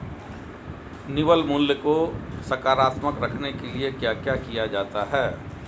निवल मूल्य को सकारात्मक रखने के लिए क्या क्या किया जाता है?